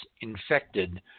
infected